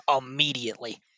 immediately